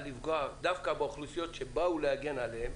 לפגוע דווקא באוכלוסיות שבאו להגן עליהן,